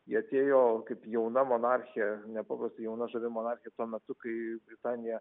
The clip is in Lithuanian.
ji atėjo kaip jauna monarchė napaprastai jauna žavi monarchė tuo metu kai britanija